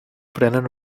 prenen